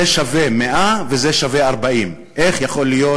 זה שווה 100 וזה שווה 40. איך יכול להיות